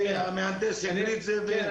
המהנדס העביר את זה --- כן,